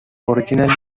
originally